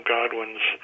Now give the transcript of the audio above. Godwin's